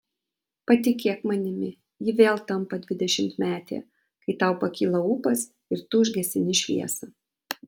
patikėk manimi ji vėl tampa dvidešimtmetė kai tau pakyla ūpas ir tu užgesini šviesą